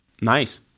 Nice